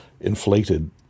inflated